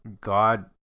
God